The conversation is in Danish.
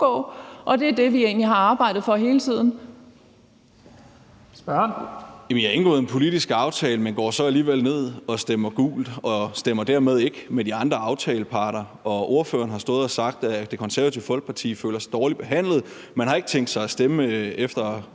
Spørgeren. Kl. 10:41 Thomas Skriver Jensen (S): Man har indgået en politisk aftale, men går så alligevel ned og stemmer gult og stemmer dermed ikke med de andre aftaleparter. Og ordføreren har stået og sagt, at Det Konservative Folkeparti føler sig dårligt behandlet. Man har ikke tænkt sig at stemme efter